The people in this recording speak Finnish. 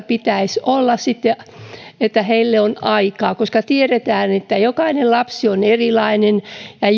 pitäisi olla sitten aikaa tiedetään että jokainen lapsi on erilainen ja